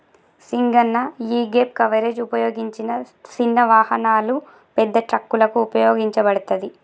సింగన్న యీగేప్ కవరేజ్ ఉపయోగించిన సిన్న వాహనాలు, పెద్ద ట్రక్కులకు ఉపయోగించబడతది